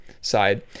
side